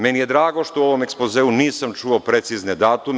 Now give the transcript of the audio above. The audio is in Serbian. Meni je drago što u ovom ekspozeu nisam čuo precizne datume.